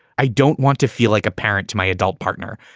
i don't want to feel like a parent to my adult partner.